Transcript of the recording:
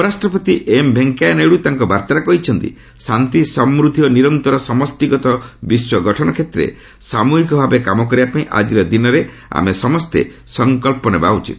ଉପରାଷ୍ଟ୍ରପତି ଏମ୍ ଭେଙ୍କିୟା ନାଇଡୁ ତାଙ୍କ ବାର୍ଭାରେ କହିଛନ୍ତି ଶାନ୍ତି ସମୃଦ୍ଧି ଓ ନିରନ୍ତର ସମଷ୍ଟିଗତ ବିଶ୍ୱ ଗଠନ କ୍ଷେତ୍ରରେ ସାମୃହିକ ଭାବେ କାମ କରିବାପାଇଁ ଆଜିର ଦିନରେ ଆମେ ସମସ୍ତେ ସଙ୍କଚ୍ଚ ନେବା ଉଚିତ